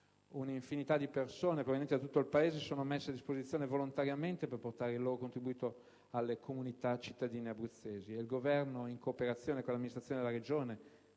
Un'infinità di persone provenienti da tutto il Paese si sono messe a disposizione volontariamente per portare il loro contributo alle comunità cittadine abruzzesi.